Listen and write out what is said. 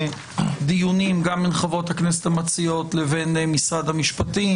דיונים גם של חברות הכנסת המציעות לבין משרד המשפטים,